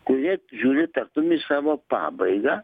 kurie žiūri tartum į savo pabaigą